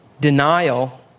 denial